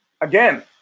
again